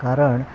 कारण